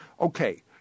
Okay